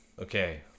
Okay